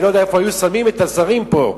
אני לא יודע איפה היו שמים את השרים פה,